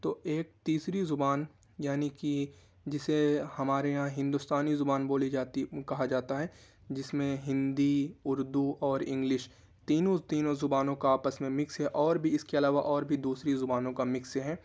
تو ایک تیسری زبان یعنی کہ جسے ہمارے یہاں ہندوستانی زبان بولی جاتی کہا جاتا ہے جس میں ہندی اردو اور انگلش تینوں تینوں زبانوں کا آپس میں مکس ہے اور بھی اس کے علاوہ اور بھی دوسری زبانوں کا مکس ہے